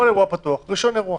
כל אירוע פתוח, רישיון אירוע.